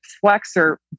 flexor